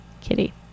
kitty